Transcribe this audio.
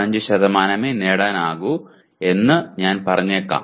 05 മാത്രമേ നേടാനാകൂ എന്ന് ഞാൻ പറഞ്ഞേക്കാം